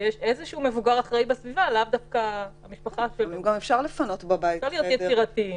אפשר להיות יצירתיים.